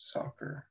Soccer